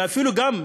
ואפילו גם,